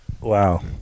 Wow